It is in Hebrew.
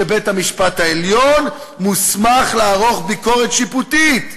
שבית-המשפט העליון מוסמך לערוך ביקורת שיפוטית,